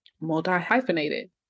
multi-hyphenated